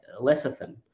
lecithin